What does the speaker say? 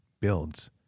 builds